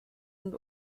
und